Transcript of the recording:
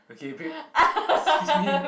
okay babe excuse me